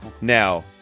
Now